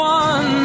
one